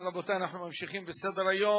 רבותי, אנחנו ממשיכים בסדר-היום.